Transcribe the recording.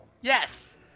Yes